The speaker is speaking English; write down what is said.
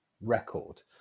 record